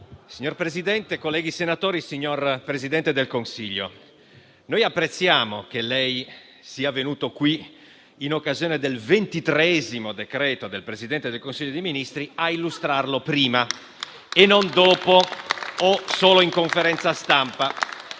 Signor Presidente, colleghi senatori, signor Presidente del Consiglio, noi apprezziamo che lei sia venuto qui in occasione del ventitreesimo decreto del Presidente del Consiglio dei ministria illustrarlo, prima e non dopo o solo in conferenza stampa.